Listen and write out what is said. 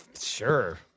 Sure